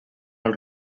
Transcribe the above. als